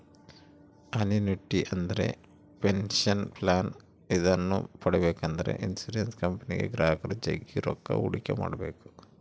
annuity ಅಂದ್ರೆ pension plan ಇದನ್ನ ಪಡೆಬೇಕೆಂದ್ರ ಇನ್ಶುರೆನ್ಸ್ ಕಂಪನಿಗೆ ಗ್ರಾಹಕರು ಜಗ್ಗಿ ರೊಕ್ಕ ಹೂಡಿಕೆ ಮಾಡ್ಬೇಕು